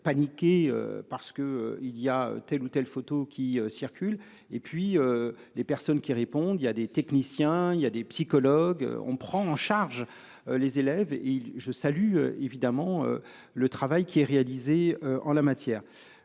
paniqués parce que il y a telle ou telle photo qui circule et puis les personnes qui répondent, il y a des techniciens, il y a des psychologues. On prend en charge les élèves ils je salue évidemment le travail qui est réalisé en la matière.